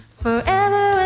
forever